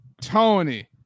Tony